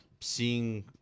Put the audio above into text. seeing –